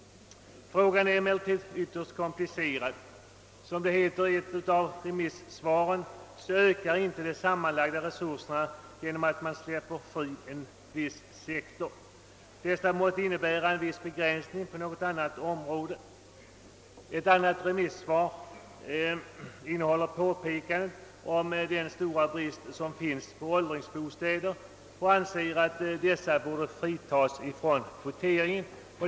Frågan är emellertid ytterst komplicerad. Som det heter i ett av remisssvaren ökar inte de sammanlagda resurserna genom att man frisläpper en viss sektor. Detta måste innebära en viss begränsning på något annat område. Ett annat remissvar innehåller påpekande om den stora brist som råder i fråga om åldringsbostäder. Dessa borde enligt remissvaren fritas från kvotering.